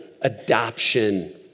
adoption